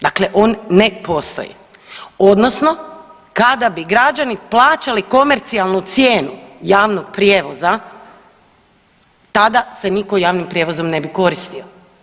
Dakle, on ne postoji. odnosno kada bi građani plaćali komercijalnu cijenu javnog prijevoza, tada se nitko javnim prijevozom ne bi koristio.